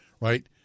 right